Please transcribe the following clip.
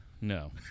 No